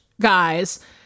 guys